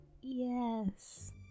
Yes